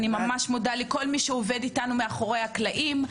אני ממש מודה לכל מי שעובד איתנו מאחורי הקלעים,